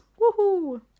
Woohoo